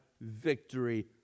victory